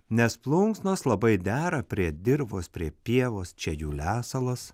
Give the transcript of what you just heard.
nes plunksnos labai dera prie dirvos prie pievos čia jų lesalas